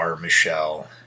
Michelle